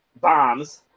bombs